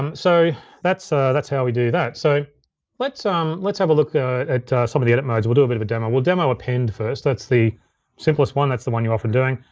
um so that's that's how we do that. so let's um let's have a look at some of the edit modes. we'll do a bit of a demo. we'll demo append first, that's the simplest one. that's the one you're often doing.